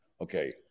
Okay